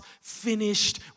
finished